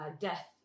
death